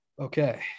Okay